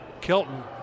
Kelton